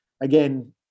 Again